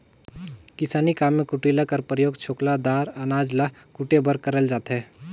किसानी काम मे कुटेला कर परियोग छोकला दार अनाज ल कुटे बर करल जाथे